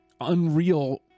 unreal